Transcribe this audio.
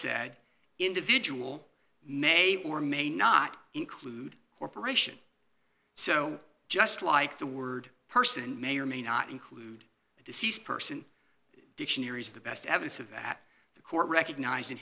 said individual may or may not include corporation so just like the word person may or may not include the deceased person dictionaries the best evidence of that the court recogniz